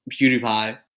PewDiePie